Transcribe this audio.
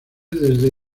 desde